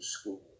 school